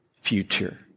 future